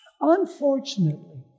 Unfortunately